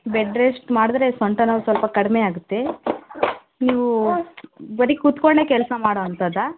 bed rest ಮಾಡಿದ್ರೆ ಸೊಂಟ ನೋವು ಸ್ವಲ್ಪ ಕಡಿಮೆ ಆಗುತ್ತೆ ನೀವು ಬರೀ ಕೂತ್ಕೊಂಡೆ ಕೆಲಸ ಮಾಡೊ ಅಂಥದ್ದಾ